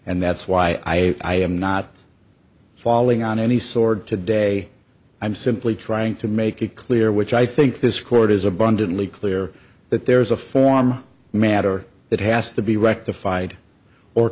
and that's why i'm not falling on any sword today i'm simply trying to make it clear which i think this court is abundantly clear that there is a form matter that has to be rectified or